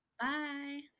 Bye